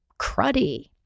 cruddy